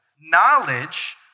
Knowledge